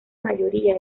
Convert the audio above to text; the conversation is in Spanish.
mayoría